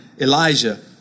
Elijah